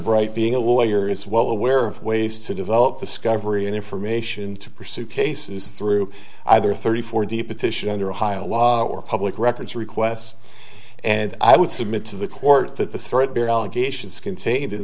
bright being a lawyer is well aware of ways to develop discovery and information to pursue cases through either thirty four d petition under ohio law or public records requests and i would submit to the court that the threadbare allegations contained in